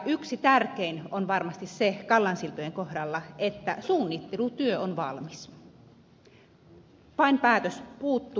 yksi tärkein on varmasti kallansiltojen kohdalla se että suunnittelutyö on valmis vain päätös puuttuu